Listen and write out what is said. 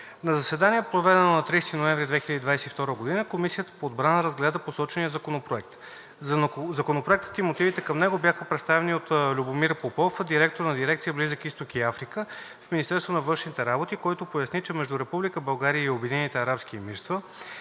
На заседание, проведено на 30 ноември 2022 г., Комисията по отбрана разгледа посочения законопроект. Законопроектът и мотивите към него бяха представени от Любомир Попов, директор на Дирекция „Близък Изток и Африка“ в Министерството на външните работи, който поясни, че между Република България и Обединените арабски емирства